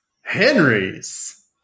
Henry's